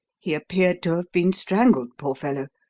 he appeared to have been strangled, poor fellow,